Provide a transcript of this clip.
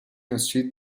ensuite